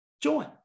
Join